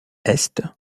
est